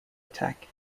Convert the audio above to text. attack